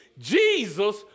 Jesus